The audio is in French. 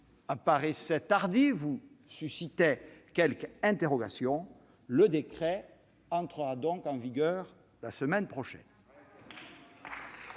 paraissait tardive ou suscitait quelques interrogations : le décret entrera donc en vigueur la semaine prochaine.